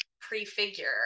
prefigure